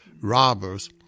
robbers